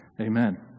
Amen